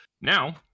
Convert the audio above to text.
Now